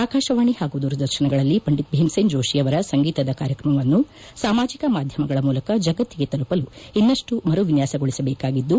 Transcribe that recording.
ಆಕಾಶವಾಣಿ ಹಾಗೂ ದೂರದರ್ಶನಗಳಲ್ಲಿ ಪಂಡಿತ್ ಭೀಮ್ಸೇನ್ ಜೋಷಿಯವರ ಸಂಗೀತದ ಕಾರ್ಯಕ್ರಮವನ್ನು ಸಾಮಾಜಿಕ ಮಾಧ್ಯಮಗಳ ಮೂಲಕ ಜಗತ್ತಿಗೆ ತಲುಪಲು ಇನ್ನಷ್ಟು ಮರು ವಿನ್ಯಾಸಗೊಳಿಸಬೇಕಾಗಿದ್ದು